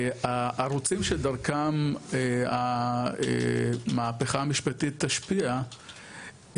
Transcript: הערוצים שדרכם המהפכה המשפטית תשפיע,